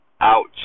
Ouch